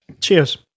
Cheers